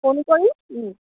phone কৰি